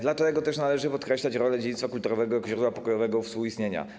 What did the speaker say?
Dlatego też należy podkreślać rolę dziedzictwa kulturowego jako źródła pokojowego współistnienia.